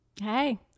hey